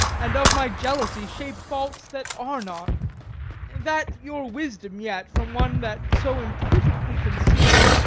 and of my jealousy shape faults that are not that your wisdom yet, from one that so imperfectly conceits,